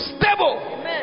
stable